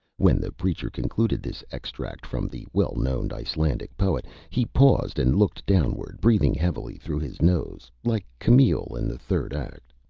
when the preacher concluded this extract from the well-known icelandic poet he paused and looked downward, breathing heavily through his nose, like camille in the third act.